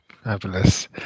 Fabulous